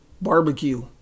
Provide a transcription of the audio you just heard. barbecue